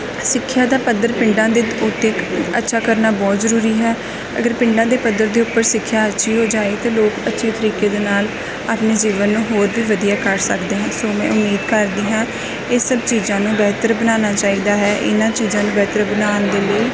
ਸਿੱਖਿਆ ਦਾ ਪੱਧਰ ਪਿੰਡਾਂ ਦੇ ਉੱਤੇ ਅੱਛਾ ਕਰਨਾ ਬਹੁਤ ਜ਼ਰੂਰੀ ਹੈ ਅਗਰ ਪਿੰਡਾਂ ਦੇ ਪੱਧਰ ਦੇ ਉੱਪਰ ਸਿੱਖਿਆ ਅੱਛੀ ਹੋ ਜਾਏ ਅਤੇ ਲੋਕ ਅੱਛੀ ਤਰੀਕੇ ਦੇ ਨਾਲ ਆਪਣੇ ਜੀਵਨ ਨੂੰ ਹੋਰ ਵੀ ਵਧੀਆ ਕਰ ਸਕਦੇ ਹਾਂ ਸੋ ਮੈਂ ਉਮੀਦ ਕਰਦੀ ਹਾਂ ਇਹ ਸਭ ਚੀਜ਼ਾਂ ਨੂੰ ਬਿਹਤਰ ਬਣਾਣਾ ਚਾਹੀਦਾ ਹੈ ਇਹਨਾਂ ਚੀਜ਼ਾਂ ਨੂੰ ਬਿਹਤਰ ਬਣਾਉਣ ਦੇ ਲਈ